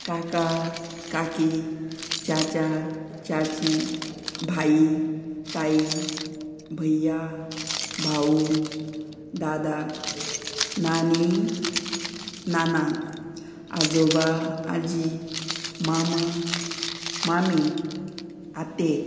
काका काकी चाचा चाची भाई ताई भैया भाऊ दादा नानी नाना आजोबा आजी मामा मामी आते